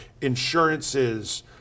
insurances